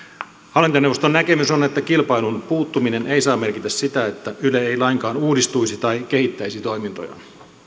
hallintoneuvoston näkemys on että kilpailun puuttuminen ei saa merkitä sitä että yle ei lainkaan uudistuisi tai kehittäisi toimintojaan